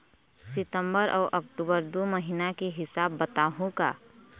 सितंबर अऊ अक्टूबर दू महीना के हिसाब बताहुं का?